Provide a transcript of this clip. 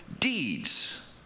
deeds